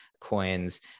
coins